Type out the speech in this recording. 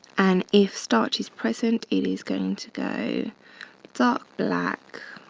and if starch is present, it is going to go dark black,